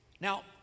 Now